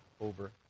over